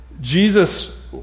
Jesus